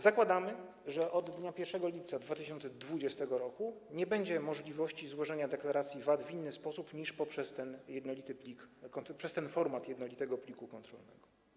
Zakładamy, że od dnia 1 lipca 2020 r. nie będzie możliwości złożenia deklaracji VAT w inny sposób niż poprzez ten jednolity plik, przez format jednolitego pliku kontrolnego.